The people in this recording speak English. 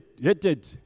hated